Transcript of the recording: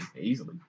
Easily